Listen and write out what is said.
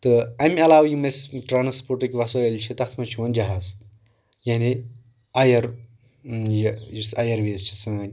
تہٕ امہِ علاوٕ یِم اسہِ ٹرانسپوٹٕکۍ وسٲیِل چھِ تتھ منٛز چھُ یِوان جہاز یعنی آیر یُس آیر ویز چھِ سٲنۍ تہٕ